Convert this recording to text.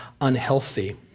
unhealthy